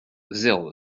zéro